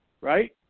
right